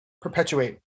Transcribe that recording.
perpetuate